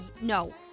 No